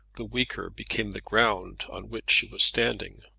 the weaker became the ground on which she was standing.